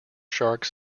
sharks